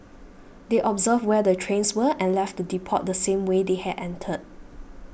they observed where the trains were and left the depot the same way they had entered